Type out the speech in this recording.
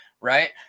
right